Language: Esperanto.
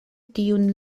tiun